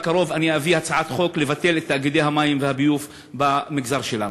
בקרוב אני אביא הצעת חוק לבטל את תאגידי המים והביוב במגזר שלנו.